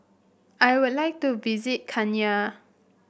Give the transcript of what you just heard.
I would like to visit Kenya